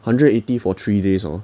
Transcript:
hundred eighty for three days hor